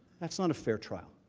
that's not a fair trial.